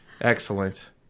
excellent